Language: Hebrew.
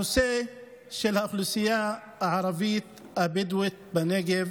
הנושא של האוכלוסייה הערבית הבדואית בנגב